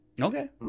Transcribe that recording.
Okay